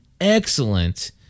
excellent